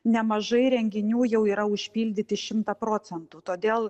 nemažai renginių jau yra užpildyti šimtą procentų todėl